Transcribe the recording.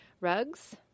Rugs